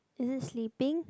is it sleeping